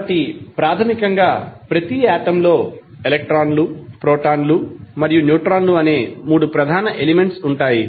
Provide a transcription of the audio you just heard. కాబట్టి ప్రాథమికంగా ప్రతి ఆటమ్ లో ఎలక్ట్రాన్లు ప్రోటాన్లు మరియు న్యూట్రాన్లు అనే 3 ప్రధాన ఎలిమెంట్స్ ఉంటాయి